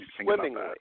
swimmingly